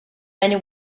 many